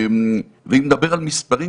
ואם נדבר על מספרים,